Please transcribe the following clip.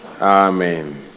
amen